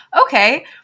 okay